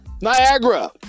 Niagara